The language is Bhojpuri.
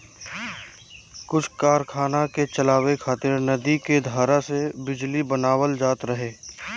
कुछ कारखाना के चलावे खातिर नदी के धारा से बिजली बनावल जात रहे